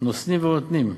נושאים ונותנים,